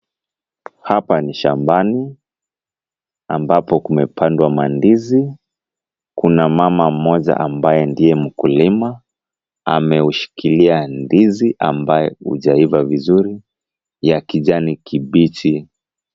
Hapa ni shambani ambapo kumepandwa mandizi. Kuna mama mmoja ambaye ndiye mkulima ameushikilia ndizi ambaye hujaiva vizuri ya kijani kibichi.